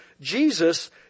Jesus